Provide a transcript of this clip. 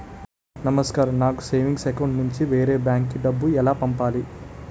నమస్కారం నాకు savings account నుంచి వేరే బ్యాంక్ కి డబ్బు ఎలా పంపాలి?